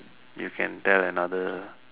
you can tell another